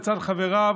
לצד חבריו,